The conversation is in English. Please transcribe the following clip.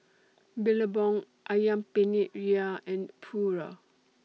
Billabong Ayam Penyet Ria and Pura